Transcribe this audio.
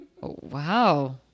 Wow